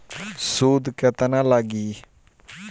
सूद केतना लागी?